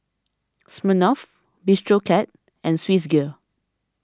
Smirnoff Bistro Cat and Swissgear